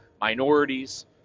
minorities